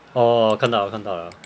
哦看到了看到了